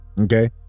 Okay